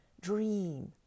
Dream